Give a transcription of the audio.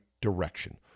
direction